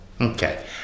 Okay